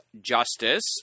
justice